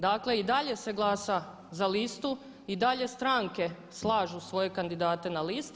Dakle i dalje se glasa za listu i dalje stranke slažu svoje kandidate na listi.